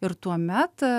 ir tuomet